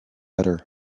udder